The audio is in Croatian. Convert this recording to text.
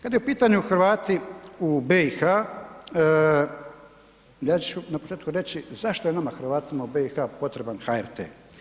Kada su pitanju Hrvati u BiH ja ću na početku reći zašto je nama Hrvatima u BiH potreban HRT.